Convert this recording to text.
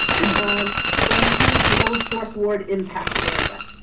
and um going through to old fourth ward impact area.